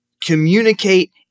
communicate